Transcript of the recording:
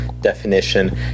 definition